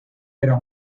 era